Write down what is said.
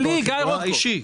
לי.